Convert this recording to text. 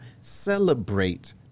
celebrate